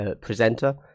presenter